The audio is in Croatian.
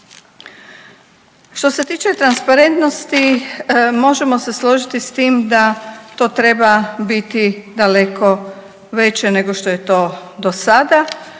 Što se tiče transparentnosti možemo se složiti s tim da to treba biti daleko veće nego što je to do sada.